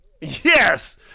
Yes